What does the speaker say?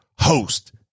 host